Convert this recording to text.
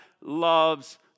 loves